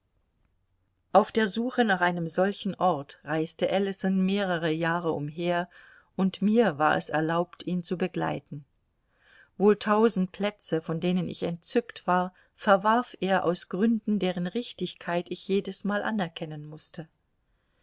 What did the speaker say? auf der suche nach einem solchen ort reiste ellison mehrere jahre umher und mir war es erlaubt ihn zu begleiten wohl tausend plätze von denen ich entzückt war verwarf er aus gründen deren richtigkeit ich jedesmal anerkennen mußte